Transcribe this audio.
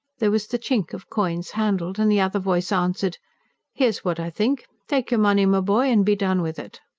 there was the chink of coins handled, and the other voice answered here's what i think. take your money, my boy, and be done with it!